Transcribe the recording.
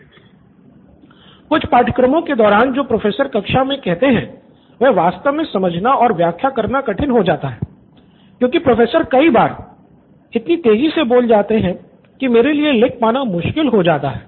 student २ कुछ पाठ्यक्रमों के दौरान जो प्रोफेसर कक्षा मे कहते है वह वास्तव में समझना और व्याख्या करना कठिन हो जाता है क्योंकि प्रोफेसर कई बार इतना तेज़ी से बोल जाते है कि मेरे लिए लिख पाना मुश्किल हो जाता है